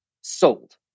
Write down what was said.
sold